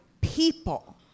people